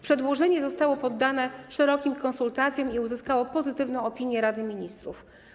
Przedłożenie zostało poddane szerokim konsultacjom i uzyskało pozytywną opinię Rady Ministrów.